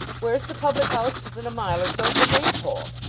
where's the public-house within a mile or so of the maypole?